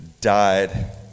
died